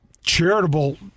charitable